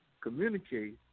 communicate